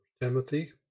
Timothy